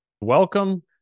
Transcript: Welcome